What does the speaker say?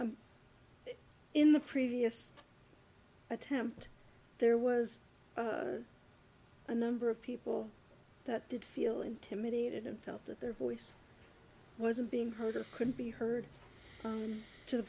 so in the previous attempt there was a number of people that did feel intimidated and felt that their voice wasn't being heard or could be heard to the